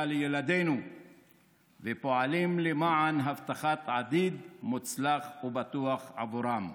לילדינו ופועלים למען עתיד מוצלח ובטוח עבורם.